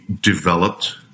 developed